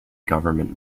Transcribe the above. government